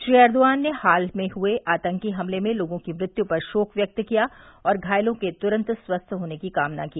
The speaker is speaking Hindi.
श्री एर्दोआन ने हाल में हुए आतंकी हमलों में लोगों की मृत्यू पर शोक व्यक्त किया और घायलों के तुरंत स्वस्थ होने की कामना की